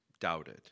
doubted